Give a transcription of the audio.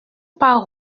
pas